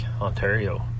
ontario